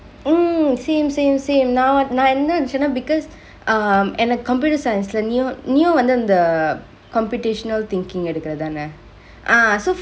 mm same same same நா நா என்ன நெநைச்சனா:naa naa enna nenaichana because um ஏன:yena computer science ல நீயு நீயு வந்து அந்த:la neeyu neeyu vanthu anthe err computational thinkingk எடுக்கர தான:edukera thaane ah so